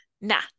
nah